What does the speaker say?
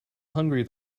hungry